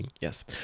yes